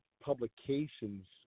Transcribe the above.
publications